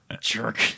Jerk